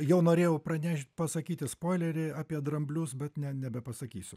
jau norėjau praneš pasakyti spoilerį apie dramblius bet ne nebepasakysiu